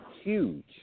huge